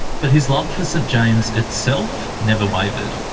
but his love for st james itself never wavered.